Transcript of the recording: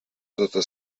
tota